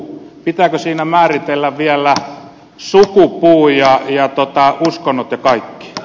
pitääkö siinä määritellä vielä sukupuu ja uskonnot ja kaikki